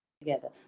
together